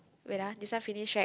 wait ah this one finish right